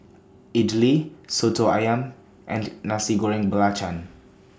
Idly Soto Ayam and Nasi Goreng Belacan